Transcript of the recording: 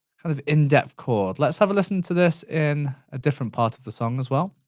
kind of in-depth chord. let's have a listen to this in a different part of the song as well.